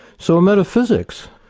so metaphysics,